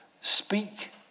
speak